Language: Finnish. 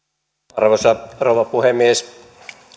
arvoisa rouva puhemies